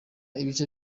ibice